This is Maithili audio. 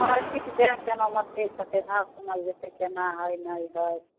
मार्केट जाइ से ने भाव जानल जेतै मछरीसबके भाव कोना हइ नहि हइ